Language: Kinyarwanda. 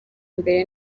mbere